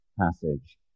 passage